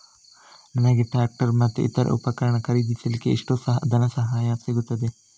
ನನಗೆ ಟ್ರ್ಯಾಕ್ಟರ್ ಮತ್ತು ಇತರ ಉಪಕರಣ ಖರೀದಿಸಲಿಕ್ಕೆ ಎಷ್ಟು ಧನಸಹಾಯ ಸಿಗುತ್ತದೆ?